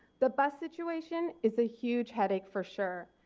the bus situation is a huge headache for sure,